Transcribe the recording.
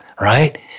right